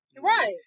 right